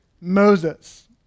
Moses